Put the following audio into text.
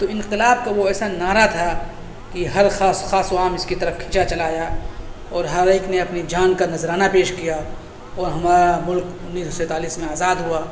تو اِنقلاب کا وہ ایسا نعرہ تھا کہ ہر خاص خاص و خاص و عام اس کی طرف کھینچا چلا آیا اور ہر ایک نے اپنی جان کا نذرانہ پیش کیا اور ہمارا ملک انیس سو سینتالیس میں آزاد ہوا